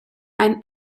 ein